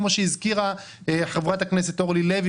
כמו שהזכירה חברת הכנסת אורלי לוי